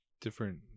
different